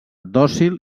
dòcil